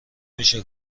میشه